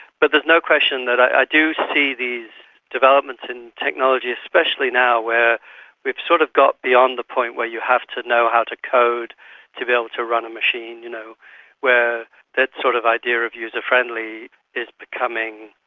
but there's no question that i do see these developments in technology, especially now where we have sort of got beyond the point where you have to know how to code to be able to run a machine, you know where that sort of idea of user-friendly is becoming,